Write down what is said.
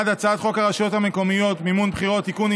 1. הצעת חוק הרשויות המקומיות (מימון בחירות) (תיקון,